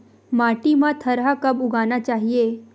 माटी मा थरहा कब उगाना चाहिए?